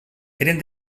eren